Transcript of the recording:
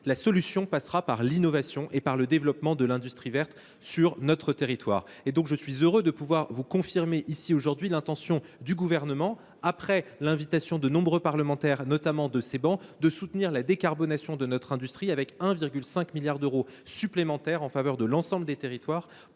en effet, passe par l’innovation et le développement de l’industrie verte sur notre territoire. Je suis donc heureux de vous confirmer aujourd’hui l’intention du Gouvernement, après l’invitation de nombreux parlementaires, issus notamment de ces travées, de soutenir la décarbonation de notre industrie, avec 1,5 milliard d’euros supplémentaires en faveur de l’ensemble des territoires.